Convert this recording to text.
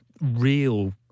real